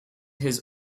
his